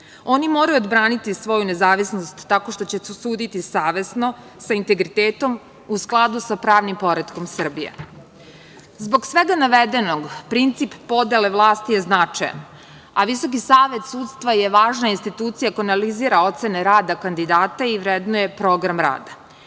Oni moraju odbraniti svoju nezavisnost tako što će suditi savesno, sa integritetom, u skladu sa pravnim poretkom Srbije. Zbog svega navedenog, princip podele vlasti je značajan, a Visoki savet sudstva je važna institucija koja analizira ocene rada kandidata i vrednuje program rada.